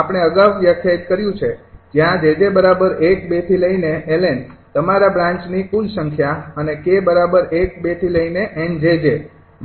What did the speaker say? આપણે અગાઉ વ્યાખ્યાયિત કર્યું છે જ્યાં 𝑗𝑗૧૨𝐿𝑁 તમારા બ્રાન્ચ ની કુલ સંખ્યા અને 𝑘 ૧૨𝑁𝑗𝑗